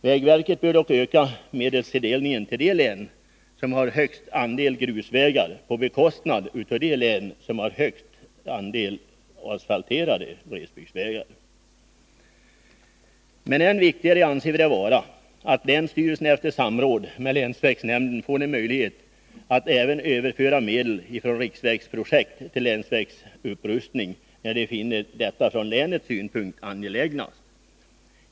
Vägverket bör dock öka medelstilldelningen till de län som har högst andel grusvägar, på bekostnad av de län som har högst andel asfalterade glesbygdsvägar. Men än viktigare anser vi det vara att länsstyrelsen efter samråd med länsvägsnämnden får en möjlighet att även överföra medel från riksvägsprojekt till länsvägsupprustning när den finner detta från länets synpunkt angelägnast.